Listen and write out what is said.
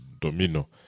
Domino